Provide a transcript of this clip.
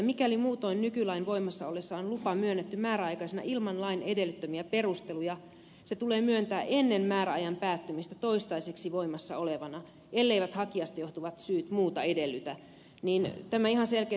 mikäli muutoin nykylain voimassa ollessa on lupa myönnetty määräaikaisena ilman lain edellyttämiä perusteluja se tulee myöntää ennen määräajan päättymistä toistaiseksi voimassa olevana elleivät hakijasta johtuvat syyt muuta edellytä